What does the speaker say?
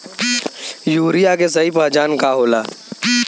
Urea के सही पहचान का होला?